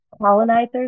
colonizers